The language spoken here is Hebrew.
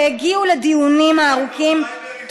שהגיעו לדיונים הארוכים,